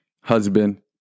husband